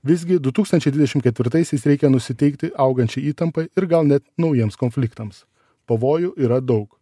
visgi du tūkstančiai dvidešimt ketvirtaisiais reikia nusiteikti augančiai įtampai ir gal net naujiems konfliktams pavojų yra daug